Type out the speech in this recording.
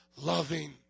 Loving